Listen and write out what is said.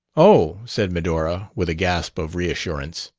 oh! said medora, with a gasp of reassurance.